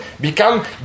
become